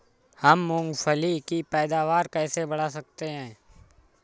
हम मूंगफली की पैदावार कैसे बढ़ा सकते हैं?